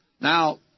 Now